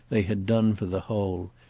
they had done for the whole,